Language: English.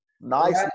Nice